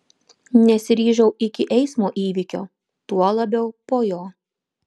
nesiryžau iki eismo įvykio tuo labiau po jo